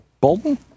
Bolton